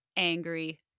angry